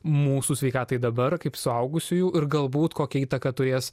mūsų sveikatai dabar kaip suaugusiųjų ir galbūt kokią įtaką turės